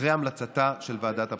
אחרי המלצתה של ועדת הבחירות,